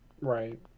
Right